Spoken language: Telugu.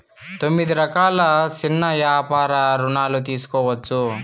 తొమ్మిది రకాల సిన్న యాపార రుణాలు తీసుకోవచ్చు